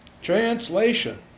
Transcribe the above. Translation